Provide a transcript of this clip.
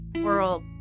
world